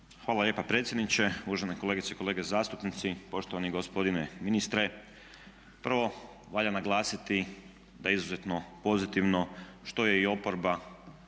Hvala lijepa predsjedniče, uvažene kolegice i kolege zastupnici, poštovani gospodine ministre. Prvo, valja naglasiti da je izuzetno pozitivno što je i oporba